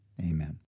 Amen